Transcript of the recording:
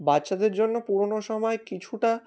বাচ্চাদের জন্য পুরনো সময় কিছুটা